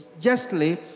justly